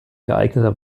geeigneter